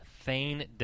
Thane